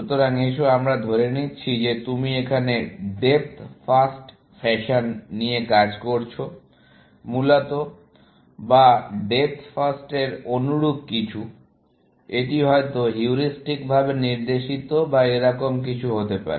সুতরাং এসো আমরা ধরে নিচ্ছি যে তুমি এখানে ডেপ্থ ফার্স্ট ফ্যাশন নিয়ে কাজ করছো মূলত বা ডেপ্থ ফার্স্ট এর অনুরূপ কিছু এটি হয়তো হিউরিস্টিকভাবে নির্দেশিত বা এরকম কিছু হতে পারে